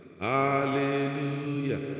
Hallelujah